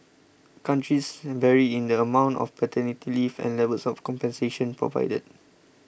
countries vary in the amount of paternity leave and levels of compensation provided